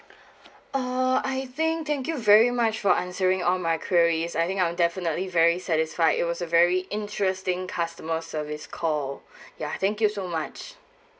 uh I think thank you very much for answering all my queries I think I'm definitely very satisfied it was a very interesting customer service call ya thank you so much